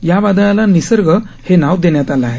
या वादळाला निसर्ग हे नाव देण्यात आलं आहे